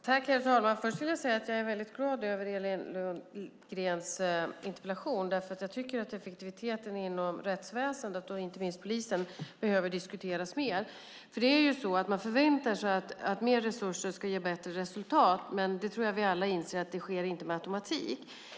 Herr talman! Jag är glad över Elin Lundgrens interpellation. Jag tycker att effektiviteten inom rättsväsendet, inte minst inom polisen, behöver diskuteras mer. Man förväntar sig att mer resurser ska ge bättre resultat, men vi alla inser att det inte sker med automatik.